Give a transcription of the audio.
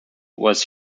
was